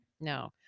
No